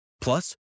Plus